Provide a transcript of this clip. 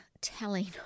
telling